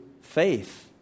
faith